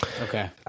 Okay